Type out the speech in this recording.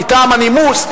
מטעם הנימוס,